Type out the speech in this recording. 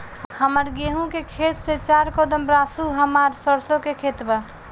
हमार गेहू के खेत से चार कदम रासु हमार सरसों के खेत बा